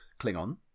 Klingon